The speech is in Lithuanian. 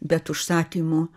bet užsakymu